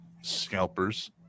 scalpers